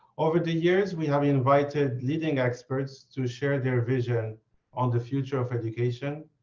over the years, we have invited leading experts to share their vision on the future of education.